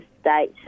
state